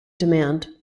demand